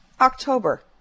October